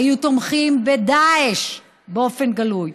היו תומכים בדאעש באופן גלוי,